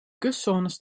kustzones